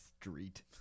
street